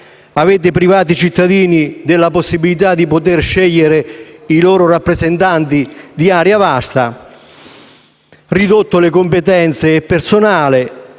grado, privato i cittadini della possibilità di scegliere i loro rappresentanti di area vasta, ridotto le competenze e il personale